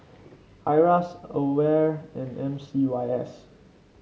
Iras Aware and M C Y S